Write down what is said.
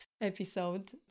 episode